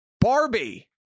Barbie